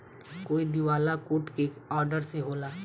कोई दिवाला कोर्ट के ऑर्डर से होला